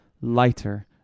lighter